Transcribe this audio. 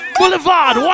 boulevard